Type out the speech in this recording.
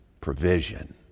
provision